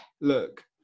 Look